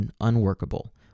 unworkable